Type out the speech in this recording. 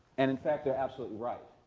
and in fact, they're absolutely right.